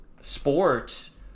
sports